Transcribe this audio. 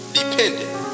dependent